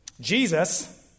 Jesus